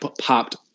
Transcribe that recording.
popped